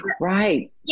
Right